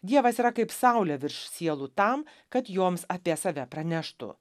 dievas yra kaip saulė virš sielų tam kad joms apie save praneštų